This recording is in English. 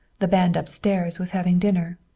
the band upstairs was having dinner.